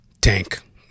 Tank